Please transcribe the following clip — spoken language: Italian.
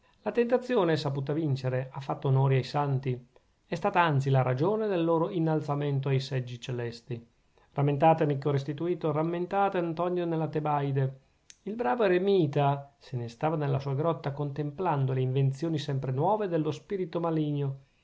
la tentazione saputa vincere ha fatto onori ai santi è stata anzi la ragione del loro innalzamento ai seggi celesti rammentate amico restituto rammentate antonio nella tebaide il bravo eremita se ne stava nella sua grotta contemplando le invenzioni sempre nuove dello spirito maligno